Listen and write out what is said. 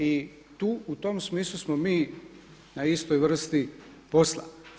I tu u tom smislu smo mi na istoj vrsti posla.